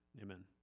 Amen